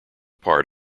part